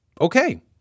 okay